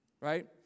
Right